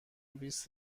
بیست